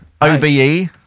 OBE